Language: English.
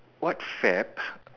what fab